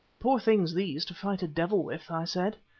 poor things these to fight a devil with, i said.